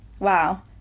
wow